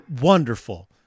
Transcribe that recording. wonderful